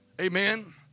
Amen